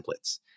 templates